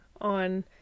on